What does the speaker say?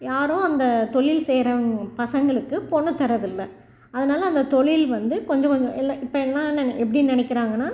யாரும் அந்த தொழில் செய்கிறவங்க பசங்களுக்கு பொண்ணு தர்றது இல்லை அதனால அந்த தொழில் வந்து கொஞ்சம் கொஞ்சம் இல்லை இப்போ எல்லாம் எப்படி நினைக்கிறாங்கன்னா